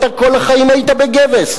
אתה כל החיים היית בגבס.